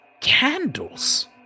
Candles